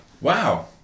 Wow